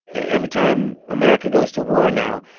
every time america goes to war now,